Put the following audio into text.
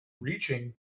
reaching